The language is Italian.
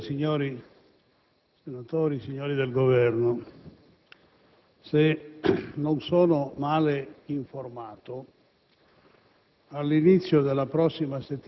Signor Presidente, signori senatori, signori del Governo, se non sono male informato,